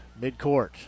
midcourt